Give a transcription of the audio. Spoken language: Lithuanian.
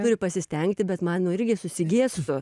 turi pasistengti bet man nu irgi susigėstu